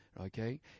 Okay